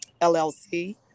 LLC